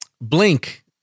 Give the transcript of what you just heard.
Blink